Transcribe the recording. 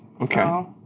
Okay